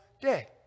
day